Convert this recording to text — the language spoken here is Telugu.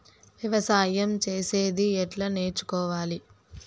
వ్యవసాయం చేసేది ఎట్లా నేర్చుకోవాలి?